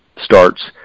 starts